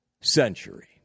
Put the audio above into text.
century